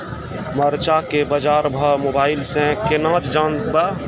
मरचा के बाजार भाव मोबाइल से कैनाज जान ब?